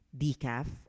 decaf